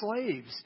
slaves